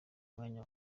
umwanya